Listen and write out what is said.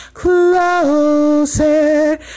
Closer